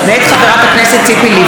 התשע"ט 2018,